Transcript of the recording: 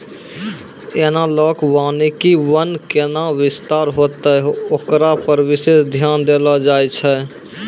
एनालाँक वानिकी वन कैना विस्तार होतै होकरा पर विशेष ध्यान देलो जाय छै